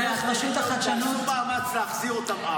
תעשו מאמץ להחזיר אותם ארצה.